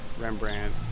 Rembrandt